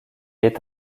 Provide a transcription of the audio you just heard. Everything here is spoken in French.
est